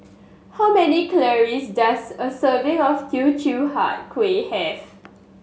how many calories does a serving of Teochew Huat Kuih have